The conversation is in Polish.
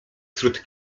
wśród